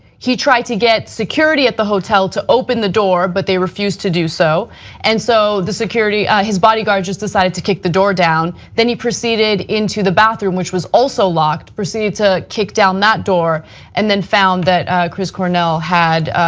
he tried to get security at the hotel to open the door, but they refused to do so and so his bodyguard just decided to kick the door down. then he proceeded into the bathroom which was also locked, proceeded to kick down that door and then found that chris cornell had